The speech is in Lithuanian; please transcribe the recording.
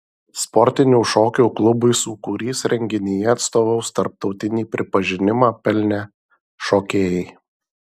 sportinių šokių klubui sūkurys renginyje atstovaus tarptautinį pripažinimą pelnę šokėjai